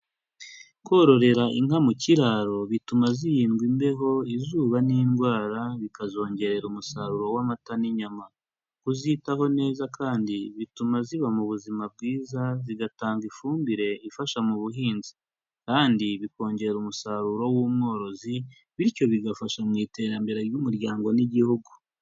Kororera inka mu kiraro bituma zirindwa imbeho, izuba n'indwara, bikazongerera umusaruro w'amata n'inyama. Kuzitaho neza kandi bituma ziba mu buzima bwiza zigatanga ifumbire ifasha mu buhinzi kandi bikongera umusaruro w'umworozi bityo bigafasha mu iterambere ry'umuryango n'igihugu.